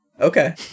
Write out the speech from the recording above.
Okay